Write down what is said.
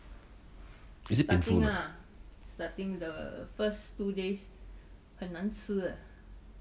is it painful